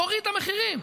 הורידה מחירים.